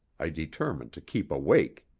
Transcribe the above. i determined to keep awake.